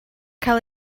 cael